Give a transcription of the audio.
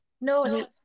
no